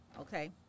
okay